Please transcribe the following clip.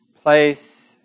Place